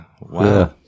wow